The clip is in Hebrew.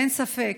אין ספק,